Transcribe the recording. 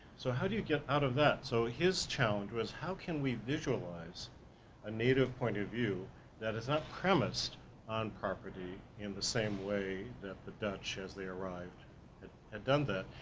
so how do you get out of that? so his challenge was how can we visualize a native point of view that is not premised on property in the same way that the dutch has they arrived had done that,